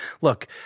look